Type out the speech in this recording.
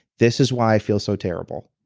this is why i feel so terrible.